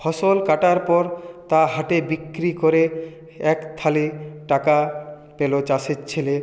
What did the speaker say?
ফসল কাটার পর তা হাটে বিক্রি করে এক থালি টাকা পেলো চাষির ছেলে